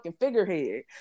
figurehead